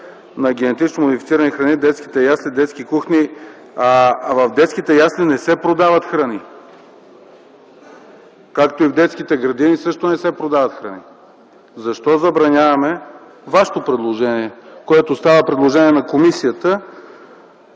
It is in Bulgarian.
на генетично модифицирани храни в детските ясли, в детските кухни. В детските ясли не се продават храни, както и в детските градини – също не се продават храни. Защо забраняваме? (Реплики.) Вашето предложение, което става предложение на комисията